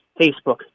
Facebook